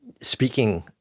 speaking